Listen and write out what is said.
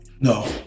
No